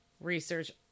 research